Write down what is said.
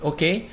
Okay